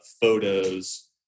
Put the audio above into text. photos